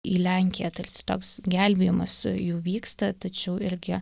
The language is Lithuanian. į lenkiją tarsi toks gelbėjimas jų vyksta tačiau irgi